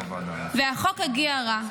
החוק הגיע רע,